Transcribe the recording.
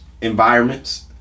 environments